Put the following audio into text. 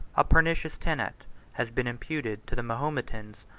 a pernicious tenet has been imputed to the mahometans,